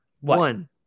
One